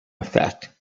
effect